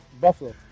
Buffalo